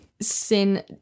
sin